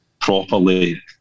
properly